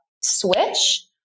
switch